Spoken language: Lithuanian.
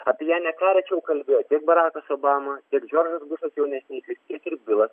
apie ją ne ką rečiau kalbėjo tik barakas obama ir džordžas bušas jaunesnysis tiek ir bilas